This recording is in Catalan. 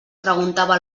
preguntava